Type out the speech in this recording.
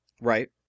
Right